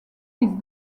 fils